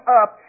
up